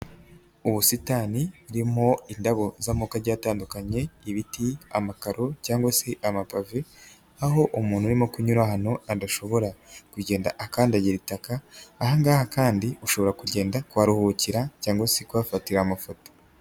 Ubusitani burimo indabo z'amoko agiye atandukanye ibiti amakaro cyangwa se amapave, aho umuntu urimo kunyura ahantu adashobora kugenda akandagira itaka. Ahangaha kandi ushobora kugenda kuharuhukira cyangwa se kuhafatira amafoto.